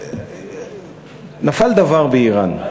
נפל דבר באיראן,